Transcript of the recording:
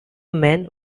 man